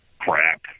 Crap